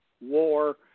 War